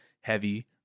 heavy